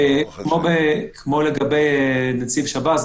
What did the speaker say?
וגם הנהלת בתי המשפט והשב"ס,